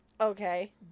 Okay